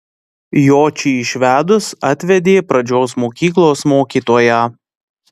jočį išvedus atvedė pradžios mokyklos mokytoją